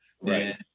Right